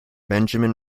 benjamin